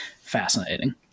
fascinating